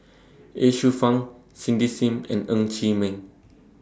Ye Shufang Cindy SIM and Ng Chee Meng